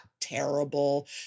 terrible